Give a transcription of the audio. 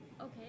Okay